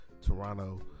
Toronto